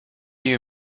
you